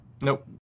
Nope